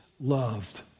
loved